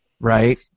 right